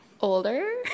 Older